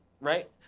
right